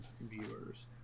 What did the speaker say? viewers